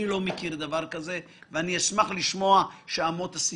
אני אשמח לשמוע.